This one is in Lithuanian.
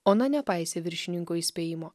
ona nepaisė viršininko įspėjimo